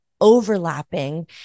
overlapping